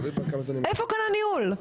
איפה כאן הניהול?